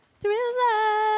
Thriller